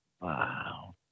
Wow